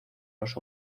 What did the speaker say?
los